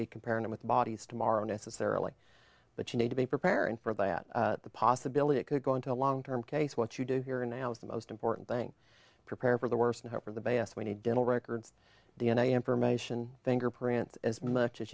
be comparing it with bodies tomorrow necessarily but you need to be preparing for that possibility it could go into a long term case what you do here now is the most important thing prepare for the worst and hope for the best we need dental records d n a information thing or print as much as